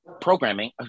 programming